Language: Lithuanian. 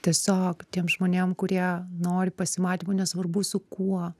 tiesiog tiem žmonėm kurie nori pasimatymų nesvarbu su kuo